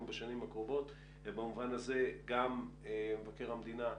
בשנים הקרובות ובמובן הזה גם מבקר המדינה,